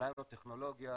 ננו טכנולוגיה.